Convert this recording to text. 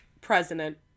president